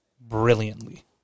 brilliantly